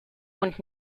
und